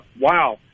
wow